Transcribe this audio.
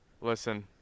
Listen